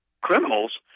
criminals